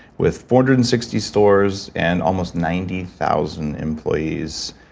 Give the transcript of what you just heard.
with four hundred and sixty stores and almost ninety thousand employees.